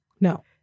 No